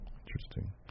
Interesting